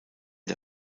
der